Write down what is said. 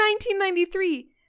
1993